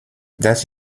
das